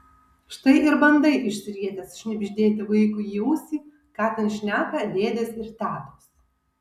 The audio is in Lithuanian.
štai ir bandai išsirietęs šnibždėti vaikui į ausį ką ten šneka dėdės ir tetos